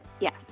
Yes